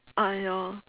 !aiyo!